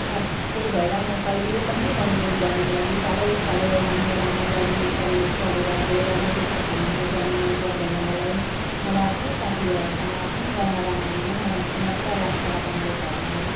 म त्यही भएर म कहिले पनि वनभोज गर्नुको लागि टाढो टाढो लामो लामो गाडीमा चढेर चढेर गएर म त्यस्तो ठाउँमा म जानु मनपर्दैन मलाई मलाई आफ्नै साथीभाइहरूसँग आफ्नै गाउँमा रमाउनु नै म मजा लाग्छ वनभोजहरूमा